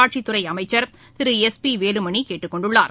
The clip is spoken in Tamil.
ாட்சித் துறைஅமைச்சர் திரு எஸ் பிவேலுமணிகேட்டுக்கொண்டுள்ளார்